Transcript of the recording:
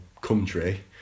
country